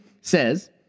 says